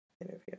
interview